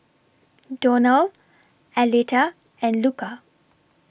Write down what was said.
Donal Aleta and Luca